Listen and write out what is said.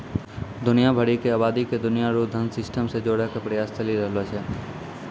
दुनिया भरी के आवादी के दुनिया रो धन सिस्टम से जोड़ेकै प्रयास चली रहलो छै